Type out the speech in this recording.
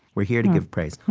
we're here to give praise.